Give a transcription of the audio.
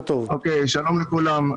שלום לכולם.